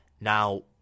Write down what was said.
Now